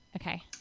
Okay